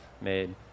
made